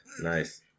nice